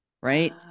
right